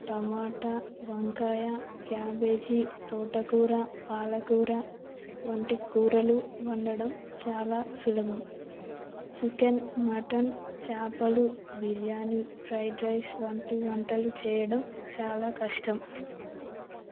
టమాట వంకాయ క్యాబేజీ తోటకూర పాలకూర వంటి కూరలు వండడం చాలా సులభం చికెన్ మటన్ చేపలు బిర్యానీ ఫ్రైడ్ రైస్ వంటి వంటలు చేయడం చాలా కష్టం